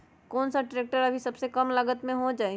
कौन सा ट्रैक्टर अभी सबसे कम लागत में हो जाइ?